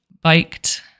biked